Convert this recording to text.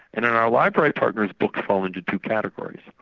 and and our library partners' books fall into two categories.